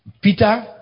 Peter